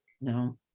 no